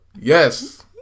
Yes